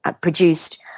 produced